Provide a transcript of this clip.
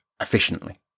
efficiently